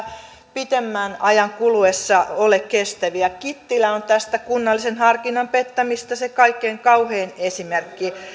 pidemmän ajan kuluessa ole kestäviä kittilä on tästä kunnallisen harkinnan pettämisestä se kaikkein kauhein esimerkki